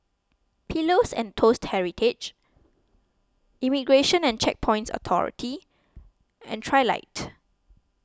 Pillows and Toast Heritage Immigration and Checkpoints Authority and Trilight